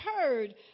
heard